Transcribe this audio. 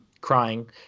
crying